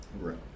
Right